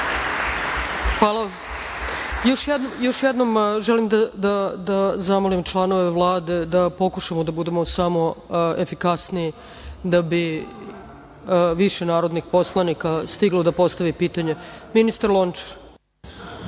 vam. Još jednom želim da zamolim članove Vlade da pokušamo da budemo efikasniji, da bi više narodnih poslanika stiglo da postavi pitanje. Ministar Lončar ima